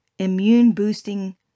immune-boosting